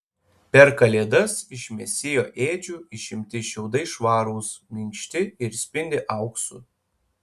per kalėdas iš mesijo ėdžių išimti šiaudai švarūs minkšti ir spindi auksu